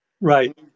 Right